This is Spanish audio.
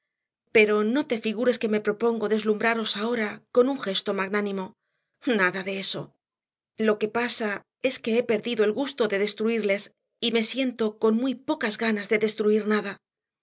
pero no te figures que me propongo deslumbraros ahora con un gesto magnánimo nada de eso lo que pasa es que he perdido el gusto de destruirles y me siento con muy pocas ganas de destruir nada